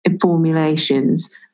formulations